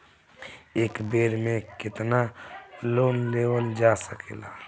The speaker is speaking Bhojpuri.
एक बेर में केतना लोन लेवल जा सकेला?